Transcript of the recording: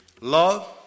Love